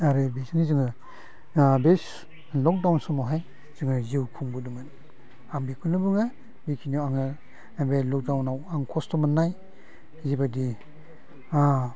आरो बे लकडाउन समावहाय जोङो जिउ खुंबोदोंमोन आं बेखौनो बुङो बिखिनियाव आङो बे लकडाउनाव खस्थ' मोननाय जिबायदि